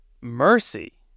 mercy